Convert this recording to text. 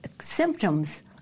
symptoms